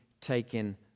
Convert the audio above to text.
taken